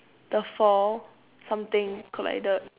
the fall something collided